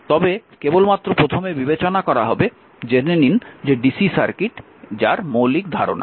তবে কেবলমাত্র প্রথমে বিবেচনা করা হবে জেনে নিন ডিসি সার্কিট মৌলিক ধারণা